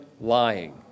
lying